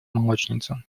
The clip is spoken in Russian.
молочница